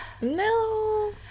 No